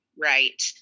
right